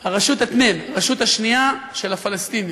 הרשות התְנֵין, הרשות השנייה של הפלסטינים.